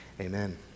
Amen